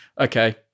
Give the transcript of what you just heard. Okay